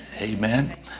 amen